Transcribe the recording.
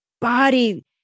body